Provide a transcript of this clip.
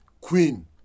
queen